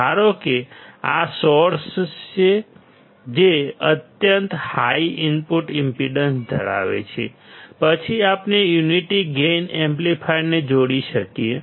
ધારો કે આ સોર્સ છે જે અત્યંત હાઈ ઇનપુટ ઈમ્પેડન્સ ધરાવે છે પછી આપણે યુનિટી ગેઇન એમ્પ્લીફાયરને જોડી શકીએ